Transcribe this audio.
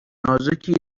نازکی